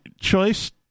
choice